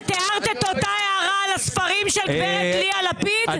את הערת אותה הערה על הספרים של גב' ליהיא לפיד?